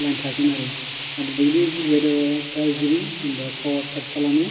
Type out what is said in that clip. line थागोन आरो जुदि वेडारा गाज्रि होनबा पावार काट खालामो